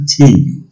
continue